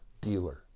dealer